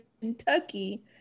Kentucky